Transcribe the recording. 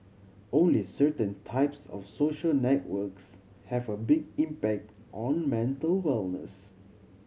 only certain types of social networks have a big impact on mental wellness